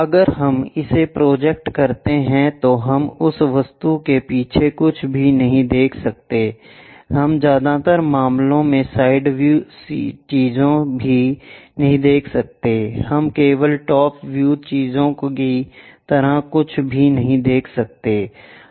अगर हम इसे प्रोजेक्ट करते हैं तो हम उस वस्तु के पीछे कुछ भी नहीं देख सकते हैं हम ज्यादातर मामलों में साइड चीजें भी नहीं देख सकते हैं हम केवल टॉप व्यूचीजों की तरह कुछ भी नहीं देख सकते हैं